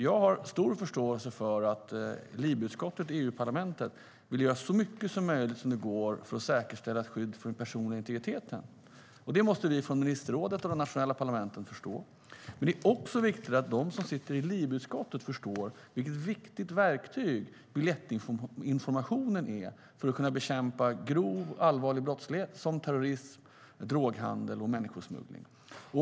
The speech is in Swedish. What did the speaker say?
Jag har stor förståelse för att LIBE-utskottet i EU-parlamentet vill göra så mycket som möjligt för att säkerställa ett skydd för den personliga integriteten. Det måste vi från ministerrådet och de nationella parlamenten förstå. Men det är också viktigt att de som sitter i LIBE-utskottet förstår vilket viktigt verktyg biljettinformationen är för att kunna bekämpa grov och allvarlig brottslighet såsom terrorism, droghandel och människosmuggling.